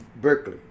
Berkeley